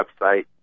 website